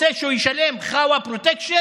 רוצה שהוא ישלם (אומר בערבית: דמי חסות,) פרוטקשן,